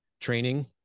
training